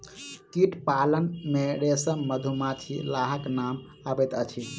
कीट पालन मे रेशम, मधुमाछी, लाहक नाम अबैत अछि